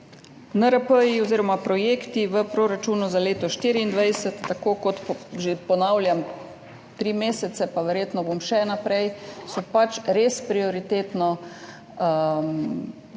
NRP-ji oziroma projekti v proračunu za leto 2024, tako kot ponavljam že tri mesece pa bom verjetno še naprej, so pač res prioritetno